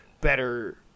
better